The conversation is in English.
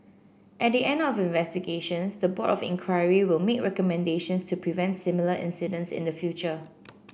at the end of investigations the board of inquiry will make recommendations to prevent similar incidents in the future